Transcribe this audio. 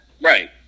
Right